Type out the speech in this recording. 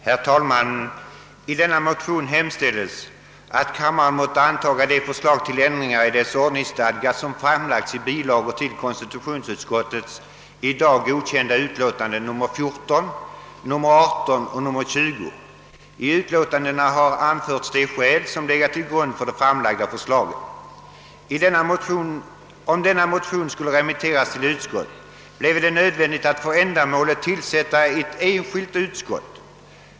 Herr talman! I motion nr 882 hemställes, att kammaren måtte antaga de förslag till ändringar i dess ordningsstadga som framlagts i bilagor till konstitutionsutskottets i dag godkända utlåtanden nr 14, nr 18 och nr 20. I utlåtandena har anförts de skäl som legat till grund för dessa förslag. Om denna motion skulle remitteras till utskott, bleve det nödvändigt att för ändamålet tillsätta ett enskilt utskott.